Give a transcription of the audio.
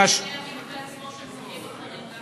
ומה עם ענייני המקווה עצמו של זרמים אחרים,